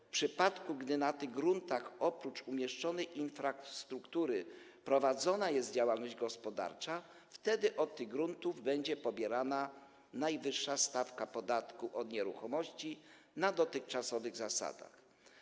W przypadku gdy na tych gruntach oprócz umieszczonej infrastruktury prowadzona jest działalność gospodarcza, od tych gruntów będzie pobierana najwyższa stawka podatku od nieruchomości na dotychczasowych zasadach.